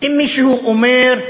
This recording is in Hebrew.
אם מישהו אומר: